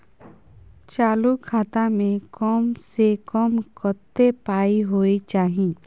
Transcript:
चालू खाता में कम से कम कत्ते पाई होय चाही?